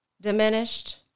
Diminished